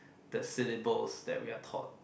the syllabus that we are taught